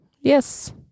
yes